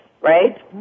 right